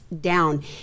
down